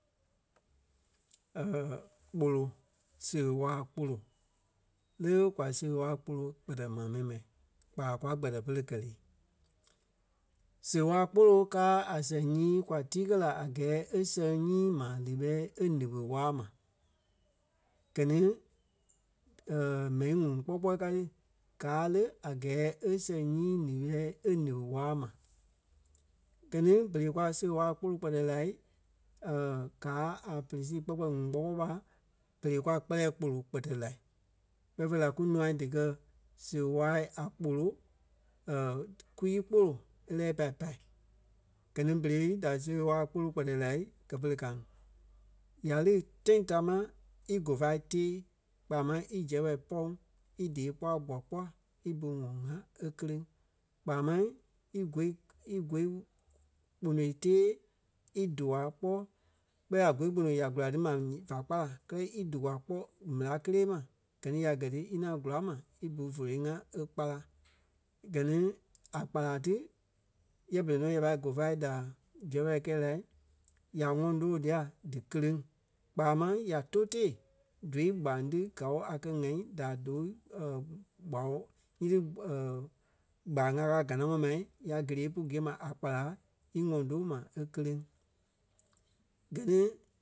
kpolo seɣe waa kpolo. Le ɓé kwa seɣe waa kpolo kpɛtɛ maa mɛni ma kpa kwa kpɛtɛ pere kɛ lé. Seɣe waa kpolo káa a sɛŋ nyii kwa tii kɛ la a gɛɛ e sɛŋ nyii maa líɓiɛ́ɛ e líɓi waa ma. Gɛ ni mɛni ŋuŋ kpɔ́ kpɔɔi kaa ti. Gaa le a gɛɛ e sɛŋ nyii ǹiɓiɛ́ɛ e liɓi waa ma. Gɛ ni berei kwa seɣe waa kpolo kpɛtɛ lai gáa a pere sii kpɔ́ kpɔɔi ŋuŋ kpɔ́ kpɔɔi ɓa berei kwa kpɛlɛɛ kpolo kpɛtɛ la kpɛɛ fêi la kunûa díkɛ seɣe waa a kpolo kwii kpolo e lɛ́ɛ pai pâi. Gɛ ni berei da seɣe waa kpolo kpɛtɛ lai gɛ́ pere ka ŋí. Ya lí tãi tamaa í gofa tèe kpaa maŋ í zɛpɛ pɔŋ í dee kpɔ́ a kpua kpua í bu ŋɔŋ ŋa e kéreŋ. Kpaa máŋ í gôi- í gôi kponoi tèe í dûa kpɔ́ kpɛɛ la gôi kpono ya kula ti ma va kpala kɛ́lɛ í dûa kpɔ́ méla kelee ma. Gɛ ni ya gɛ́ ti í ŋaŋ gula mai í bu vóloi ŋa e kpala. Gɛ ni a kpala ti yɛ berei nɔ ya pâi gɔfa da zepɛ kɛ̀i la, ya ŋɔŋ tòo dia díkereŋ kpaa máŋ ya tóu tèe dóu gbaŋ ti kao a kɛ̀ ŋ̀ɛi da dòu kpao nyíti gbaŋ a kɛ̀ a ganaŋɔɔ ma, ya gelee pú gîe ma a kpala í ŋɔŋ too ma e kéreŋ. Gɛ ni